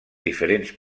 diferents